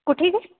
कुठे गं